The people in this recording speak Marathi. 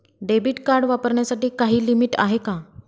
डेबिट कार्ड वापरण्यासाठी काही लिमिट आहे का?